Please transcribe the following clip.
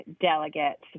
delegates